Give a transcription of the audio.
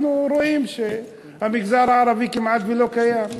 אנחנו רואים שהמגזר הערבי כמעט לא קיים.